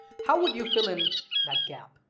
how would you fill in that gap